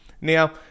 Now